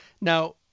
Now